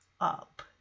up